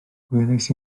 gwelais